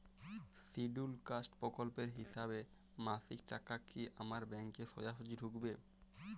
Scheduled caste প্রকল্পের হিসেবে মাসিক টাকা কি আমার ব্যাংকে সোজাসুজি ঢুকবে?